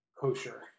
kosher